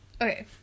Okay